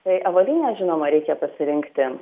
tai avalynę žinoma reikia pasirinkti